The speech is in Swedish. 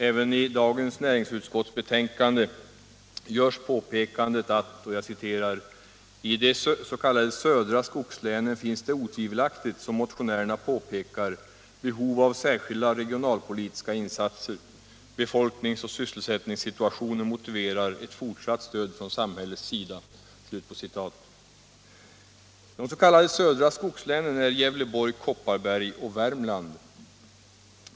Även i det näringsutskottsbetänkande som behandlas i dag görs följande påpekande: ”I de s.k. södra skogslänen finns det otvivelaktigt, som motionärerna påpekar, behov av särskilda regionalpolitiska insatser. Befolknings och sysselsättningssituationen motiverar ett fortsatt stöd från samhällets sida.” De s.k. södra skogslänen är Gävleborg, Kopparberg och Värmland.